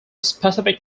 specific